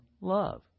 love